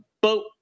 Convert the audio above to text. boat